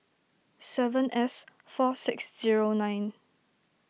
seven S four six zero nine